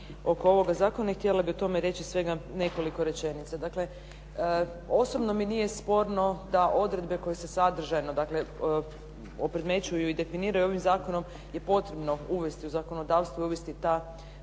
oko ovog zakona i htjela bih o tome reći svega nekoliko rečenica. Dakle, osobno mi nije sporno da odredbe koje se sadržajno opredmećuju i definiraju ovim zakonom je potrebno uvesti u zakonodavstvo i uvesti ta